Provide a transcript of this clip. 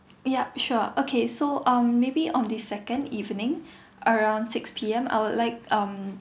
yup sure okay so um maybe on the second evening around six P_M I would like um